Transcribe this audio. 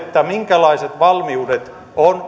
minkälaiset valmiudet on